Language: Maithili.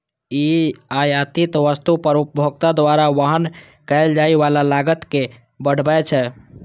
ई आयातित वस्तु पर उपभोक्ता द्वारा वहन कैल जाइ बला लागत कें बढ़बै छै